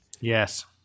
Yes